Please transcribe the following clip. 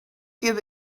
give